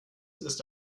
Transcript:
ist